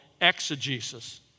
exegesis